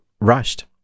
rushed